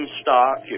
stock